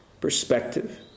Perspective